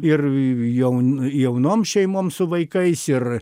ir jaun jaunom šeimom su vaikais ir